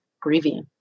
grieving